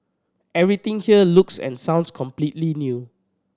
everything here looks and sounds completely new